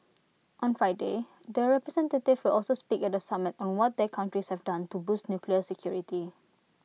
on Friday the representative also speak at the summit on what their countries have done to boost nuclear security